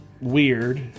weird